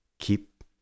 keep